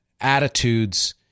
attitudes